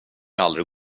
aldrig